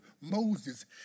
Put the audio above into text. Moses